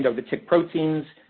the tick proteins,